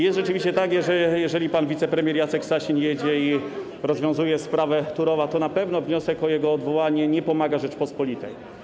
Jest rzeczywiście tak, że jeżeli pan wicepremier Jacek Sasin jedzie i rozwiązuje sprawę Turowa, to na pewno wniosek o jego odwołanie nie pomaga Rzeczypospolitej.